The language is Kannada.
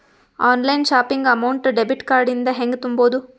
Online shopping amount debit card ಇಂದ ಹೆಂಗ್ ತುಂಬೊದು?